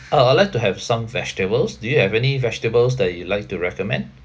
uh I would like to have some vegetables do you have any vegetables that you'd like to recommend